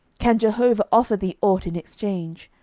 can jehovah offer thee aught in exchange?